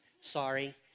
sorry